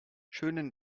schönen